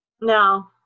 no